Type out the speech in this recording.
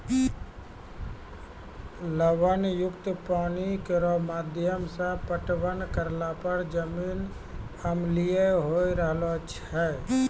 लवण युक्त पानी केरो माध्यम सें पटवन करला पर जमीन अम्लीय होय रहलो छै